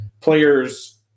players